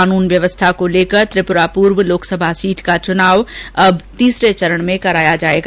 कानून व्यवस्था को लेकर त्रिपूरा पूर्व लोकसभा सीट का चुनाव अब तीसरे चरण में कराया जायेगा